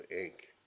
ink